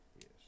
yes